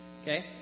Okay